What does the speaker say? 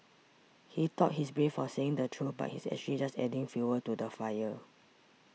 he thought he's brave for saying the truth but he's actually just adding fuel to the fire